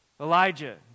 Elijah